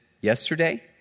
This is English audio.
yesterday